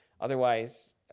Otherwise